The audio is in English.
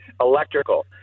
electrical